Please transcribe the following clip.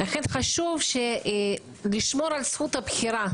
ולכן חשוב לשמור על זכות הבחירה,